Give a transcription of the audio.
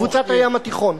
בקבוצת הים התיכון,